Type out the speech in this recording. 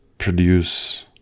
produce